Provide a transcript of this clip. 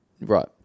Right